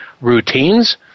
routines